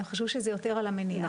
אלא הם חשבו שזה יותר על המניעה,